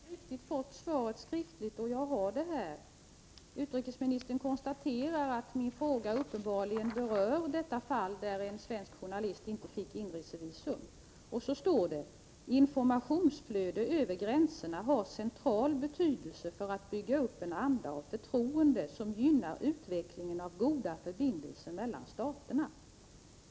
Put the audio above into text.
Herr talman! Jag har mycket riktigt fått svaret skriftligt. Jag har det här. Utrikesministern konstaterar att min fråga uppenbarligen rör det fall där en svensk journalist inte fick inresevisum. I svaret står det: ”Informationsflöde över gränserna har central betydelse för att bygga upp en anda av förtroende, som gynnar utvecklingen av goda förbindelser mellan staterna.